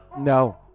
No